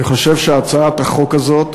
אני חושב שהצעת החוק הזאת,